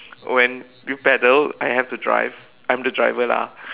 when you paddle I have to drive I'm the driver lah